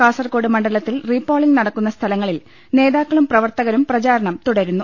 കാസ്ടർകോട് മണ്ഡ ലത്തിൽ റീപോളിംഗ് നടക്കുന്ന സ്ഥലങ്ങളിൽ നേതാക്കളും പ്രവർത്തകരും പ്രചാരണം തുടരുന്നു